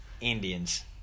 Indians